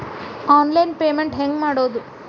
Online payment ಹೆಂಗ್ ಮಾಡೋದು?